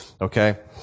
Okay